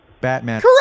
Batman